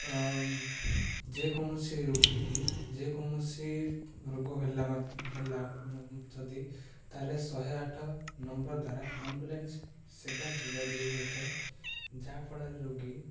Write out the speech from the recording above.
ଯେକୌଣସି ରୋଗୀ କି ଯେକୌଣସି ରୋଗ ହେଲା ହେଲା ଯଦି ତା'ହେଲେ ଶହେ ଆଠ ନମ୍ବର ଦ୍ୱାରା ଆମ୍ବୁଲାନ୍ସ ସେବା ଯୋଗାଇ ଦିଆଯାଇଥାଏ ଯାହାଫଳରେ ରୋଗୀ